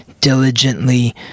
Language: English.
diligently